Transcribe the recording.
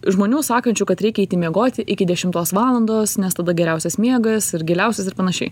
žmonių sakančių kad reikia eiti miegoti iki dešimtos valandos nes tada geriausias miegas ir giliausias ir panašiai